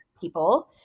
people